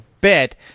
bit